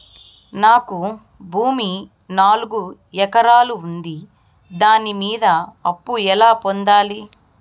నాకు భూమి నాలుగు ఎకరాలు ఉంది దాని మీద అప్పు ఎలా పొందాలి?